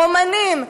אמנים,